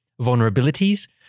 vulnerabilities